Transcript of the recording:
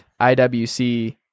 IWC-